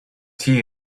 tea